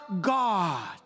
God